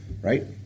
right